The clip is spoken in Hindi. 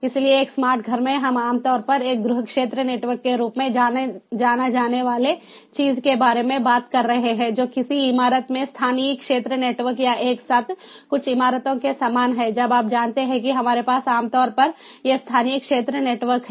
इसलिए एक स्मार्ट घर में हम आम तौर पर एक गृह क्षेत्र नेटवर्क के रूप में जाना जाने वाली चीज़ के बारे में बात कर रहे हैं जो किसी इमारत में स्थानीय क्षेत्र नेटवर्क या एक साथ कुछ इमारतों के समान है जब आप जानते हैं कि हमारे पास आमतौर पर ये स्थानीय क्षेत्र नेटवर्क हैं